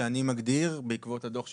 שאני מגדיר בעקבות הדו"ח שפורסם,